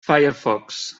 firefox